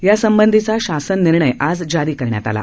यासंबधीचा शासन निर्णय जारी करण्यात आला